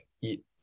eat